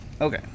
okay